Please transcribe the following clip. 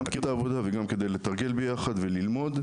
גם כדי להכיר את העבודה וגם כדי לתרגל ביחד וללמוד.